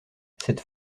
cette